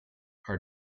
are